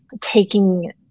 taking